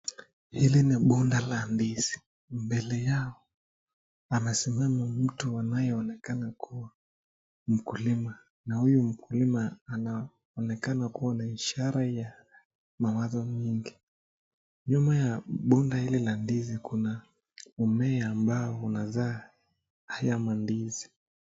Hizi ni bunda la ndizi. Mbele yao amesimama mtu anayeonekana kua mkulima. Na huyu mkulima anaonekana kua na ishara ya mawazo mingi. Nyuma ya bunda hili la ndizi, kuna mmea ambao unazaa haya mandizi.